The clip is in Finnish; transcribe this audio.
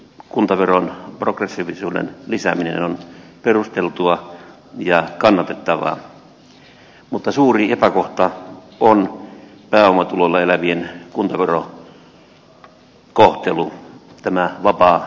kuntaveron progressiivisuuden lisääminen on perusteltua ja kannatettavaa mutta suuri epäkohta on pääomatuloilla elävien kuntaverokohtelu tämä vapaamatkustajuus